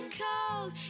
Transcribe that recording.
cold